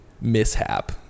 mishap